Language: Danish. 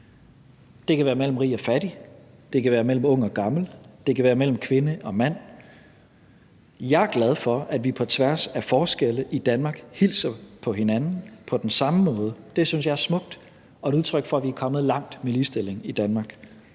Det kan være mellem rig og fattig; det kan være mellem ung og gammel; det kan være mellem kvinde og mand. Jeg er glad for, at vi på tværs af forskelle i Danmark hilser på hinanden på den samme måde. Det synes jeg er smukt og et udtryk for, at vi er kommet langt med ligestillingen i Danmark.